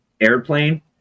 Airplane